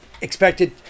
expected